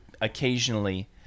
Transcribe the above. occasionally